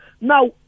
Now